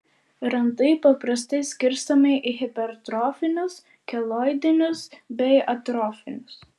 randai paprastai skirstomi į hipertrofinius keloidinius bei atrofinius